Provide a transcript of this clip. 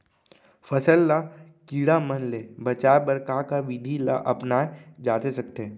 फसल ल कीड़ा मन ले बचाये बर का का विधि ल अपनाये जाथे सकथे?